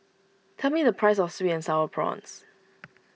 tell me the price of Sweet and Sour Prawns